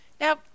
Now